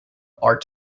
are